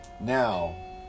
Now